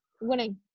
Winning